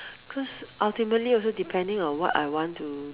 cause ultimately also depending on what I want to